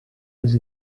les